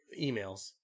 emails